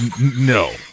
No